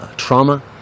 trauma